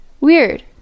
Weird